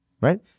Right